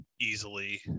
easily